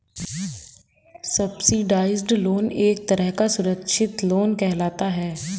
subsidised loan एक तरह का सुरक्षित लोन कहलाता है